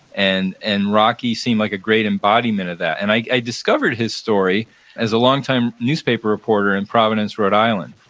and and rocky seemed like a great embodiment of that. and i discovered his story as a long-time newspaper reporter in providence, rhode island,